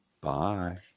Bye